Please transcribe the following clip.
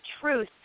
truth